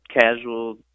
casual